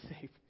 safe